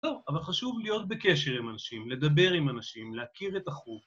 טוב, אבל חשוב להיות בקשר עם אנשים, לדבר עם אנשים, להכיר את החוג.